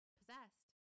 possessed